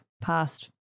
past